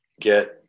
get